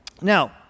Now